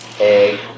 egg